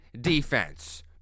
defense